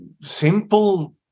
simple